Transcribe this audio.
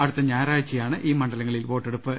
അടുത്ത ഞായറാഴ്ചയാണ് ഈ മണ്ഡലങ്ങളിൽ വോട്ടെടുപ്പ്